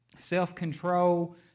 self-control